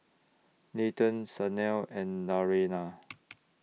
Nathan Sanal and Naraina